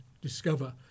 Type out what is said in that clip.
discover